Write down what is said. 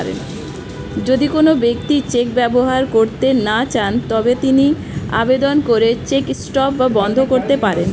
যদি কোন ব্যক্তি চেক ব্যবহার করতে না চান তবে তিনি আবেদন করে চেক স্টপ বা বন্ধ করতে পারেন